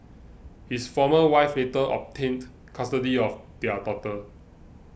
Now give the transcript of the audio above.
his former wife later obtained custody of their daughter